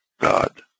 God